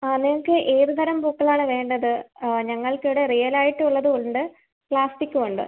ആ നിങ്ങൾക്ക് ഏത് തരം പൂക്കളാണ് വേണ്ടത് ഞങ്ങൾക്കിവിടെ റിയൽ ആയിട്ടുള്ളതും ഉണ്ട് പ്ലാസ്റ്റിക്കും ഉണ്ട്